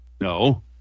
No